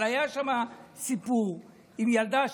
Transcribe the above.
אבל היה שם סיפור עם ילדה,